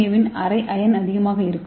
ஏவின் அரை ஆயுள் அதிகமாக இருக்கும்